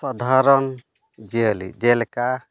ᱥᱟᱫᱷᱟᱨᱚᱱ ᱡᱤᱭᱟᱹᱞᱤ ᱡᱮᱞᱮᱠᱟ